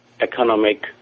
economic